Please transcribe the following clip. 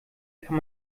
kann